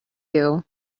you